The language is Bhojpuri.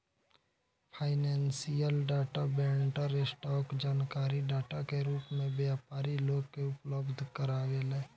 फाइनेंशियल डाटा वेंडर, स्टॉक जानकारी डाटा के रूप में व्यापारी लोग के उपलब्ध कारावेला